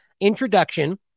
introduction